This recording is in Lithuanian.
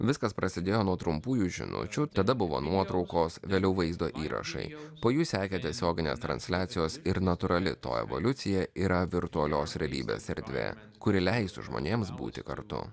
viskas prasidėjo nuo trumpųjų žinučių tada buvo nuotraukos vėliau vaizdo įrašai po jų sekė tiesioginės transliacijos ir natūrali to evoliucija yra virtualios realybės erdvė kuri leistų žmonėms būti kartu